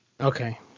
Okay